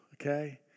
okay